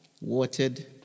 watered